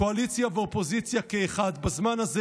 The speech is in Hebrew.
קואליציה ואופוזיציה כאחד: בזמן הזה